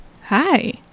hi